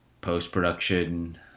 post-production